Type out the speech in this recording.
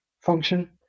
function